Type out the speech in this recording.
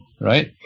right